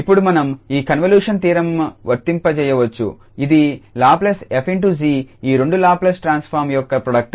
ఇప్పుడు మనం ఈ కన్వల్యూషన్ థీరం వర్తింప చేయవచ్చు ఇది లాప్లేస్ 𝑓∗𝑔 ఈ రెండు లాప్లేస్ ట్రాన్స్ఫార్మ్ యొక్క ప్రోడక్ట్